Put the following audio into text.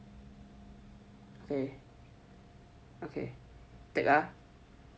okay okay take ah